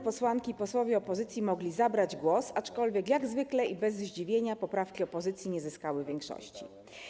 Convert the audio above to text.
Posłanki i posłowie opozycji mogli zabrać głos, aczkolwiek jak zwykle i bez zdziwienia poprawki opozycji nie zyskały większości.